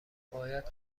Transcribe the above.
باید